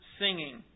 singing